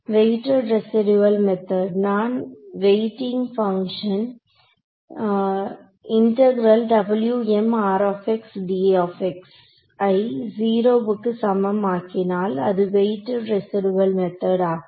weighted residual method நான் weighting function ஐ '0' க்கு சமம் ஆக்கினால் அது வெயிட்டெட் ரெசிடூயல் மெத்தெட் ஆகும்